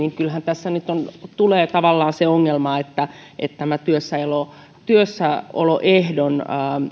kyllähän tässä nyt tulee tavallaan se ongelma että työssäoloehdon työssäoloehdon